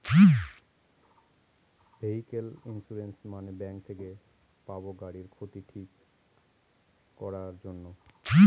vehicle insurance মানে bank থেকে পাবো গাড়ির ক্ষতি ঠিক করাক জন্যে